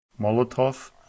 Molotov